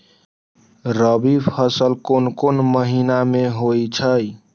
रबी फसल कोंन कोंन महिना में होइ छइ?